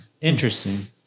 Interesting